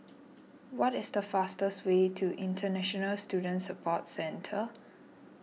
what is the fastest way to International Student Support Centre